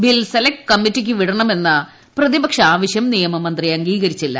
bill select കമ്മിറ്റിക്ക് വിടണമെന്ന പ്രതിപക്ഷ ആവശ്യം നിയമമന്ത്രി അംഗീകരിച്ചില്ല